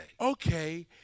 Okay